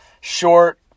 short